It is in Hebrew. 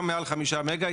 גם מעל 5 מגה,